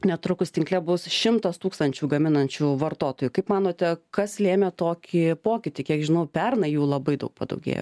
netrukus tinkle bus šimtas tūkstančių gaminančių vartotojų kaip manote kas lėmė tokį pokytį kiek žinau pernai jų labai daug padaugėjo